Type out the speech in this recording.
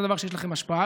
זה דבר שיש לכם השפעה.